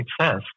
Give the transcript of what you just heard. success